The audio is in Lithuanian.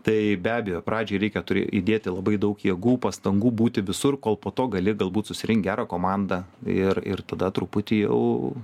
tai be abejo pradžioj reikia turi įdėti labai daug jėgų pastangų būti visur kol po to gali galbūt susirinkt gerą komandą ir ir tada truputį jau